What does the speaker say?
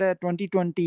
2020